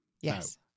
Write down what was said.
Yes